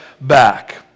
back